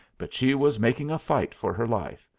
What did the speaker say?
but she was making a fight for her life,